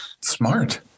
smart